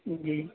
جی